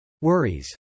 Worries